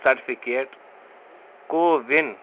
certificate CoWIN